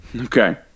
Okay